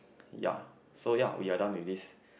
ya so ya we've done with this